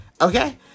okay